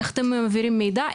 איך אתם מעבירים מידע?